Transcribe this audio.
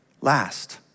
Last